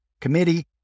Committee